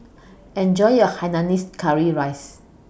Enjoy your Hainanese Curry Rice